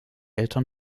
eltern